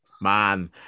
Man